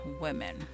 women